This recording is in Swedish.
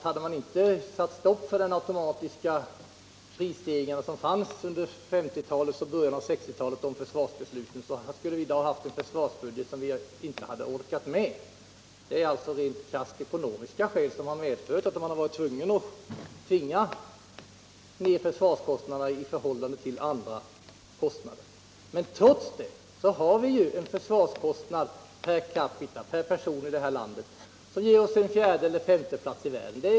Hade man inte satt stopp för de automatiska prisstegringarna under 1950-talet och under början av 1960-talet, skulle vi i dag haft en försvarsbudget som vi inte hade orkat med. Det är alltså krasst ekonomiska skäl som gjort att man varit tvungen att pressa ned försvarskostnaderna i förhållande till andra kostnader. Men trots detta har vi i det här landet i dag en försvarskostnad per person som ger oss en fjärdeeller femteplats i världen.